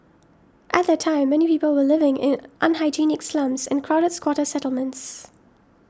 at that time many people were living in unhygienic slums and crowded squatter settlements